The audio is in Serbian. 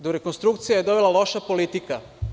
Do rekonstrukcije je dovela loša politika.